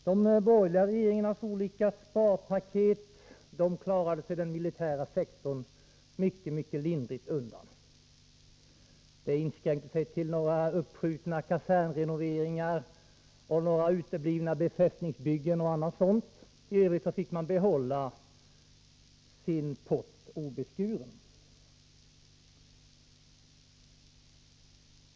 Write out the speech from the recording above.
Den militära sektorn klarade sig mycket lindrigt undan de borgerliga regeringarnas olika sparpaket. Man inskränkte sig till att uppskjuta några kasernrenoveringar och några befästningsbyggen uteblev. I övrigt fick militären behålla sin pott obeskuren.